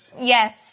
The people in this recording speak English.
Yes